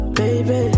baby